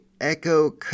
echo